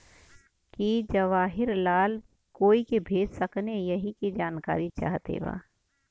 की जवाहिर लाल कोई के भेज सकने यही की जानकारी चाहते बा?